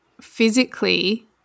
physically